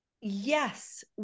yes